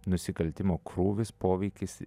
nusikaltimo krūvis poveikis